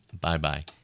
Bye-bye